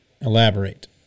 Elaborate